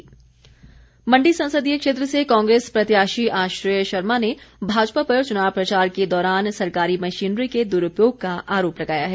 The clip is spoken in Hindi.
आश्रय शर्मा मण्डी संसदीय क्षेत्र से कांग्रेस प्रत्याशी आश्रय शर्मा ने भाजपा पर चुनाव प्रचार के दौरान सरकारी मशीनरी के द्रूपयोग का आरोप लगाया है